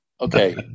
Okay